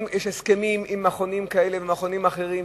יש הסכמים עם מכונים כאלה ועם מכונים אחרים,